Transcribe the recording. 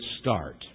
start